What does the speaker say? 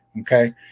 Okay